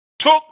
Took